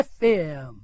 FM